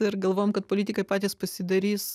ir galvojam kad politikai patys pasidarys